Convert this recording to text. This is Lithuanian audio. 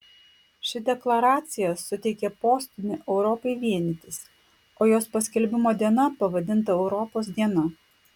ši deklaracija suteikė postūmį europai vienytis o jos paskelbimo diena pavadinta europos diena